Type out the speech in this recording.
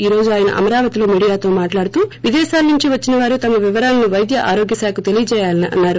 ఈ రోజు ఆయన అమరావతిలో మీడియాతో మాట్లాడుతూ విదేశాల నుంచి వచ్చిన వారు తమ వివరాలను పైద్య ఆరోగ్యశాఖకు తెలియజేయాలని అన్నారు